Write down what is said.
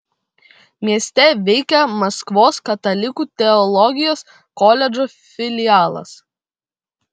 mieste veikia maskvos katalikų teologijos koledžo filialas